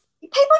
People